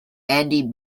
andy